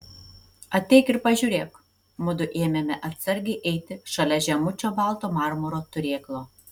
ateik ir pažiūrėk mudu ėmėme atsargiai eiti šalia žemučio balto marmuro turėklo